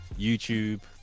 YouTube